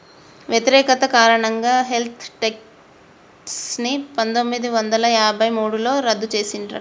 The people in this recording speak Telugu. వ్యతిరేకత కారణంగా వెల్త్ ట్యేక్స్ ని పందొమ్మిది వందల యాభై మూడులో రద్దు చేసిండ్రట